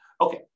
Okay